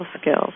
skills